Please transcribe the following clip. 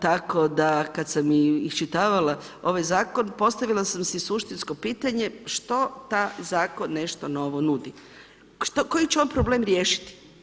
Tako da kad sam i iščitavala ovaj zakon postavila sam si suštinsko pitanje što taj zakon nešto novo nudi, koji će on problem riješiti.